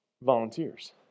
volunteers